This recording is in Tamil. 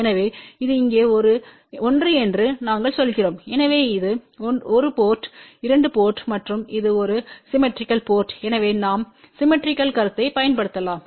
எனவே இது இங்கே 1 என்று நாங்கள் சொல்கிறோம் எனவே இது 1 போர்ட் 2 போர்ட் மற்றும் இது ஒரு சிம்மெட்ரிக்கல் போர்ட் எனவே நாம் சிம்மெட்ரிக்கல் கருத்தை பயன்படுத்தலாம்